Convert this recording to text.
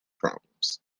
problems